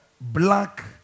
black